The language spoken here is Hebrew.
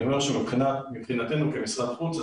אני אומר שמבחינתנו כמשרד החוץ,